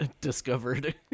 discovered